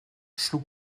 schlug